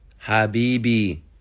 Habibi